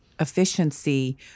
efficiency